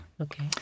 Okay